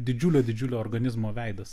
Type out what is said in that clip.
didžiulio didžiulio organizmo veidas